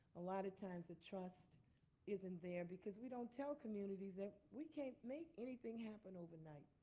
a lot of times that trust isn't there because we don't tell communities that we can't make anything happen overnight.